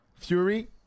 Fury